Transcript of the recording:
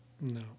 No